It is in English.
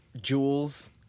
Jewels